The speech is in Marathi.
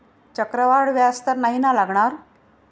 चक्रवाढ व्याज तर नाही ना लागणार?